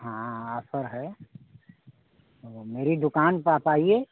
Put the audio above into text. हाँ आफर है वह मेरी दुकान पर आप आइए